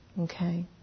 Okay